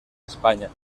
españa